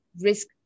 risk